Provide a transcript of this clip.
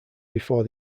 before